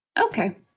Okay